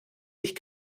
sich